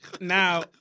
Now